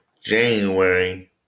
January